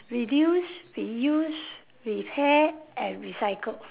reduce reuse repair and recycle